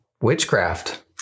witchcraft